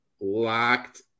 locked